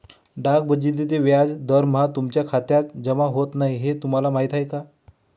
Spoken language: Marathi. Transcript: डाक बचतीचे व्याज दरमहा तुमच्या खात्यात जमा होत नाही हे तुम्हाला माहीत आहे का?